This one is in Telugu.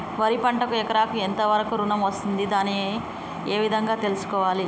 వరి పంటకు ఎకరాకు ఎంత వరకు ఋణం వస్తుంది దాన్ని ఏ విధంగా తెలుసుకోవాలి?